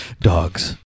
Dogs